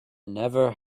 never